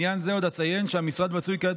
בעניין זה עוד אציין שהמשרד מצוי כעת